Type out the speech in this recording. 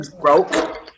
broke